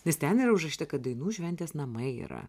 nes ten yra užrašyta kad dainų šventės namai yra